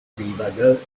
debugger